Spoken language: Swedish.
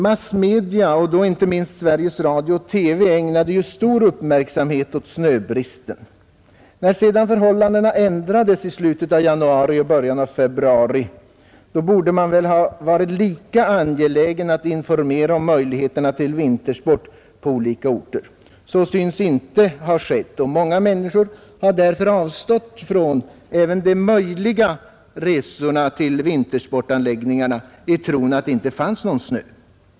Massmedia, och då inte minst Sveriges Radio/TV, ägnade stor uppmärksamhet åt snöbristen. När sedan förhållandena ändrades i slutet av januari och början av februari borde man väl ha varit lika angelägen att informera om möjligheterna till vintersport på olika orter. Så syns dock inte ha skett. Många människor har därför avstått från även möjliga resor till vintersportanläggningarna i tron att det icke fanns någon snö.